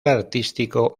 artístico